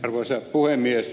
arvoisa puhemies